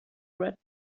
red